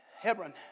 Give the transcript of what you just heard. Hebron